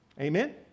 Amen